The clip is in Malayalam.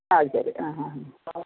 അത് ശരി ആ ആ